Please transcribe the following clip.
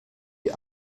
die